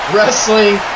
Wrestling